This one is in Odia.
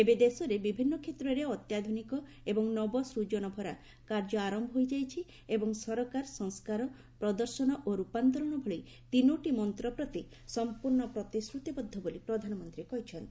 ଏବେ ଦେଶରେ ବିଭିନ୍ନ କ୍ଷେତ୍ରରେ ଅତ୍ୟାଧୁନିକ ଏବଂ ନବସ୍କଜନଭରା କାର୍ଯ୍ୟ ଆରମ୍ଭ ହୋଇଯାଇଛି ଏବଂ ସରକାର ସଂସ୍କାର ପ୍ରଦର୍ଶନ ଓ ରୂପାନ୍ତରଣ ଭଳି ତିନୋଟି ମନ୍ତ ପ୍ରତି ସମ୍ପୁର୍ଣ୍ଣ ପ୍ରତିଶ୍ରତିବଦ୍ଧ ବୋଲି ପ୍ରଧାନମନ୍ତ୍ରୀ କହିଛନ୍ତି